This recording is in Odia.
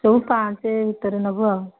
ସବୁ ପାଞ୍ଚ ଭିତରେ ନେବୁ ଆଉ